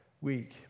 week